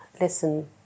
listen